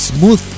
Smooth